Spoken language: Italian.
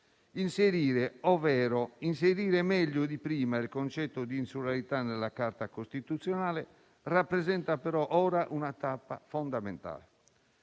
inserirlo meglio di prima - il concetto di insularità nella Carta costituzionale rappresenta però ora una tappa fondamentale.